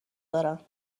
دارن